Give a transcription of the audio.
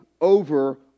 over